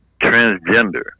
transgender